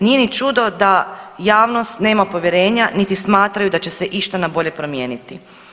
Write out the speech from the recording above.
Nije ni čudo da javnost nema povjerenja, niti smatraju da će se išta na bolje promijeniti.